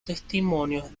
testimonios